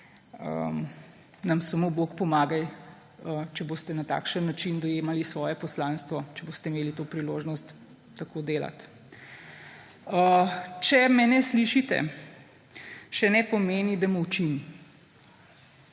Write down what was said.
nam samo bog pomagaj, če boste na takšen način dojemali svoje poslanstvo, če boste imeli to priložnost tako delati. Če me ne slišite, še ne pomeni, da molčim,